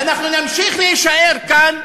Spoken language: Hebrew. ואנחנו נמשיך להישאר כאן.